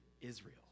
Israel